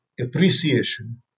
appreciation